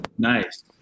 Nice